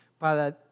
para